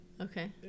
Okay